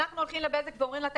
אנחנו הולכים לבזק ואומרים לה,